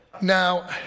Now